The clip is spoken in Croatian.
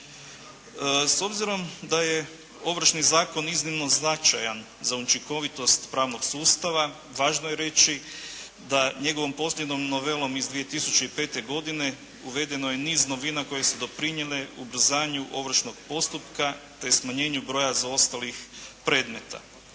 S obzirom da je Ovršni zakon iznimno značajan za učinkovitost pravnog sustava važno je reći da njegovom posljednjom novelom iz 2005. godine uvedeno je niz novina koje su doprinijele ubrzanju ovršnog postupka te smanjenju broja zaostalih predmeta.